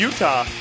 Utah